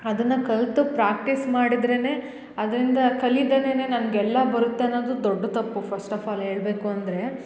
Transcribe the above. ಅದನ್ನು ಕಲ್ತು ಪ್ರಾಕ್ಟಿಸ್ ಮಾಡಿದ್ರೆ ಅದರಿಂದ ಕಲಿದೆಲೆ ನನ್ಗೆ ಎಲ್ಲ ಬರುತ್ತೆ ಅನ್ನದು ದೊಡ್ಡ ತಪ್ಪು ಫಸ್ಟ್ ಆಫ್ ಆಲ್ ಹೇಳಬೇಕು ಅಂದರೆ